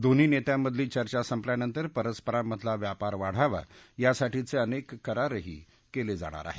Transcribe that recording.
दोन्ही नेत्यांमधली चर्चा संपल्यानंतर परस्परांमधला व्यापार वाढावा यासाठीचे अनेक करारही केले जाणार आहेत